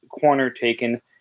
corner-taken